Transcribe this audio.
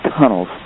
tunnels